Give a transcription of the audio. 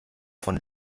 von